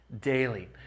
daily